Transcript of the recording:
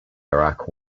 iraq